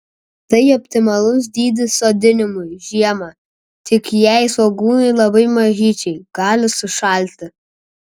tai optimalus dydis sodinimui žiemą tik jei svogūnai labai mažyčiai gali sušalti